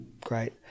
Great